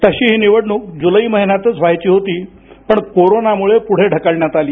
तशी ही निवडणुक जुलै महिन्यातच व्हायची होती पण कोरानामुळे पुढे ढकलण्यात आली